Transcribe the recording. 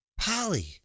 Polly